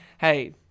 Hey